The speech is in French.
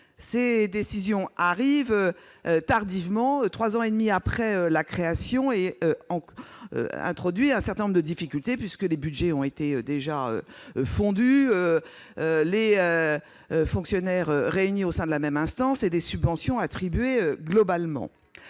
le Calvados, arrivent tardivement, trois ans et demi après la création des communes, engendrant un certain nombre de difficultés. En effet, les budgets ont déjà été fondus, les fonctionnaires réunis au sein de la même instance et des subventions attribuées globalement.